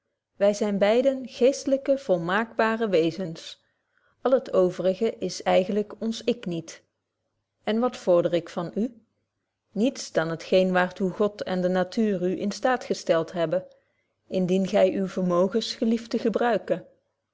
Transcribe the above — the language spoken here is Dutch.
wy zyn beiden geestelyke volmaakbare wezens al het overige is eigentlyk ons ik niet en wat vorder ik van u niets dan het geen waartoe god en de natuur u in staat gesteld hebben indien gy uwe vermogens gelieft te gebruiken